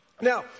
now